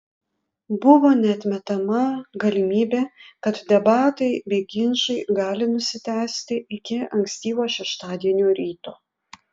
buvo neatmetama galimybė kad debatai bei ginčai gali nusitęsti iki ankstyvo šeštadienio ryto